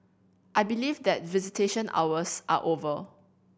I believe that visitation hours are over